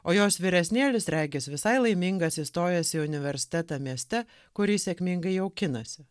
o jos vyresnėlis regis visai laimingas įstojęs į universitetą mieste kurį sėkmingai jaukinasi